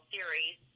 Series